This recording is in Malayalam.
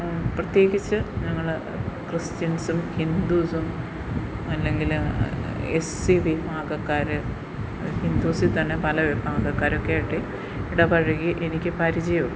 പ്രത്യേകിച്ച് ഞങ്ങൾ ക്രിസ്ത്യൻസും ഹിന്ദൂസും അല്ലെങ്കിൽ എസ് സി വിഭാഗക്കാർ ഹിന്ദൂസിൽ തന്നെ പല വിഭാഗക്കാരൊക്കെ ആയിട്ട് ഇടപഴകി എനിക്കു പരിചയം